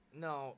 no